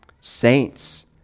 Saints